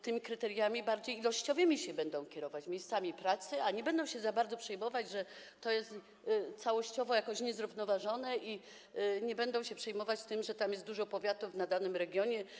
Tymi kryteriami bardziej ilościowymi będą się kierować, miejscami pracy, a nie będą się za bardzo przejmować, że to jest całościowo jakoś niezrównoważone, i nie będą się przejmować tym, że tam jest dużo powiatów w danym regionie.